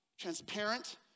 transparent